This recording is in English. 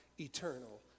eternal